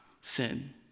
sin